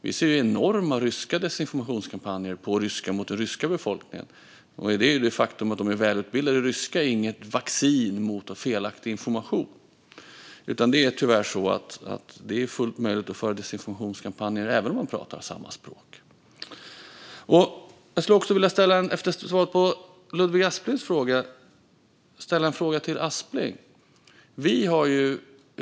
Vi ser enorma ryska desinformationskampanjer mot den ryska befolkningen, och att vara välutbildad i ryska är alltså inget vaccin mot felaktig information. Tyvärr är det fullt möjligt att föra desinformationskampanjer även på samma språk. Som ett svar på Ludvig Asplings fråga ska jag ställa en motfråga.